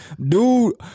dude